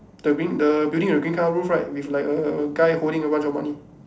the green the building with the green colour roof right with like a guy holding a bunch of money